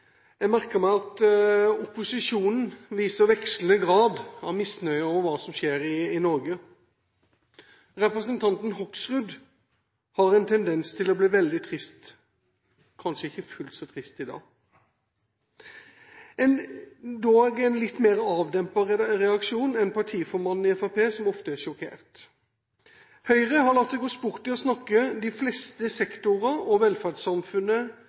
Jeg merker meg at opposisjonen viser vekslende grad av misnøye over hva som skjer i Norge. Representanten Hoksrud har en tendens til å bli veldig trist – kanskje ikke fullt så trist i dag, dog er det en litt mer avdempet reaksjon sammenlignet med reaksjoner fra partilederen i Fremskrittspartiet, som ofte er sjokkert. Høyre har latt det gå sport i å snakke de fleste sektorer og velferdssamfunnet